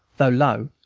though low,